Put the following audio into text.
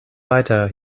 weiter